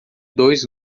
dois